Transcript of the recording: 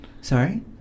Sorry